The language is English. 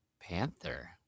Panther